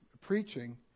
preaching